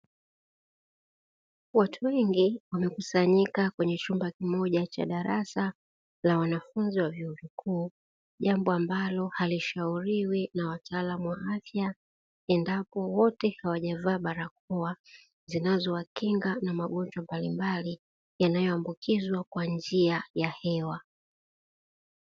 Watu wengi wamekusanyika kwenye chumba kimoja cha darasa la wanafunzi wa vyuo vikuu, jambo ambalo halishauriwi na wataalamu wa afya endapo wote hawajavaa barakoa zinazowakinga na magonjwa mbalimbali yanayoambukizwa kwa njia ya hewa.